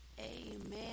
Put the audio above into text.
amen